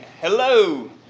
hello